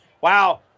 wow